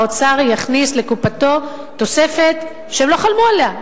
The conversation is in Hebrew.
האוצר יכניס לקופתו תוספת שהם לא חלמו עליה,